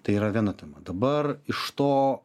tai yra viena tema dabar iš to